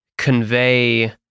convey